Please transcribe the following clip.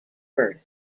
birth